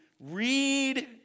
read